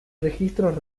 registros